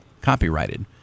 Copyrighted